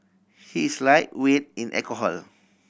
he is lightweight in alcohol